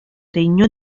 regno